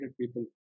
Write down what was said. people